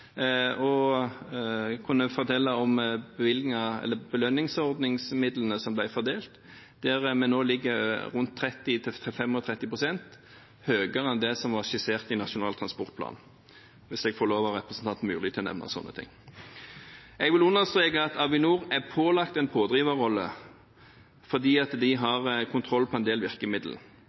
og kunne fortelle om belønningsordningsmidlene som ble fordelt Der ligger vi nå 30–35 pst. høyere enn det som var skissert i Nasjonal transportplan – hvis jeg får lov av representanten Myrli til å nevne sånne ting. Jeg vil understreke at Avinor er pålagt en pådriverrolle, fordi de har kontroll på en del